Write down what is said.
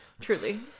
Truly